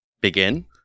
Begin